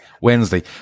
Wednesday